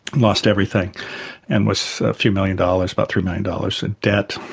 lost everything and was a few million dollars, about three million dollars in debt,